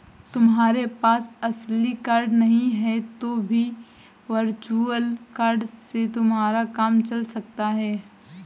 तुम्हारे पास असली कार्ड नहीं है तो भी वर्चुअल कार्ड से तुम्हारा काम चल सकता है